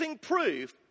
proof